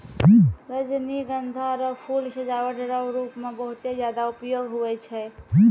रजनीगंधा रो फूल सजावट रो रूप मे बहुते ज्यादा उपयोग हुवै छै